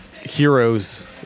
heroes